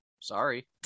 sorry